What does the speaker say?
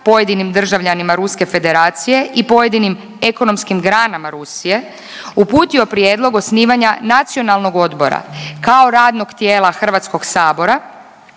pojedinim državljanima Ruske federacije i pojedinim ekonomskim granama Rusije, uputio prijedlog osnivanja nacionalnog odbora kao radnog tijela Hrvatskog sabora